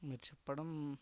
మీరు చెప్పడం